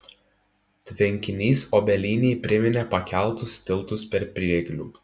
tvenkinys obelynėj priminė pakeltus tiltus per prieglių